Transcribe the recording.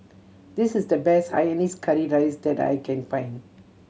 this is the best hainanese curry rice that I can find